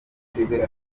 ushize